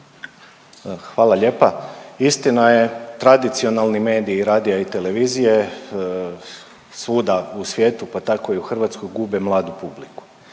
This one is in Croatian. Hvala lijepa. Istina je tradicionalni medij radija i televizije svuda u svijetu pa tako i u Hrvatskoj gube mladu publiku